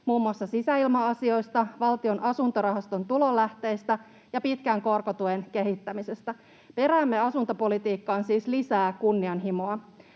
muun muassa sisäilma-asioista, Valtion asuntorahaston tulonlähteistä ja pitkän korkotuen kehittämisestä. Peräämme asuntopolitiikkaan siis lisää kunnianhimoa.